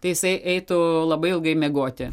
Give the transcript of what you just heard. tai jisai eitų labai ilgai miegoti